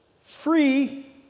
free